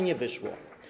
Nie wyszło.